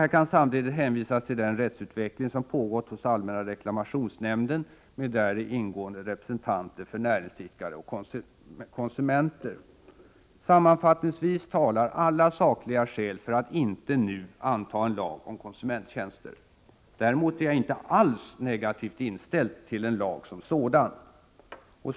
Här kan samtidigt hänvisas till den rättsutveckling som pågått hos allmänna reklamationsnämnden, med däri ingående representanter för näringsidkare och konsumenter. Sammanfattningsvis talar alla sakliga skäl för att inte nu anta en lag om konsumenttjänster. Däremot är jag inte alls negativt inställd till en lag som sådan.